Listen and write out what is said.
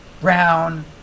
Brown